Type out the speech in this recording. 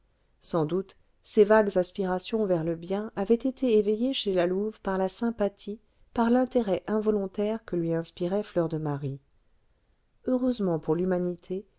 sans doute ces vagues aspirations vers le bien avaient été éveillées chez la louve par la sympathie par l'intérêt involontaire que lui inspirait fleur de marie heureusement pour l'humanité